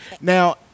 now